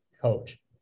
coach